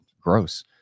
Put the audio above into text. gross